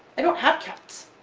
i don't have cats.